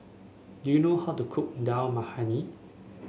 do you know how to cook Dal Makhani